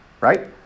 right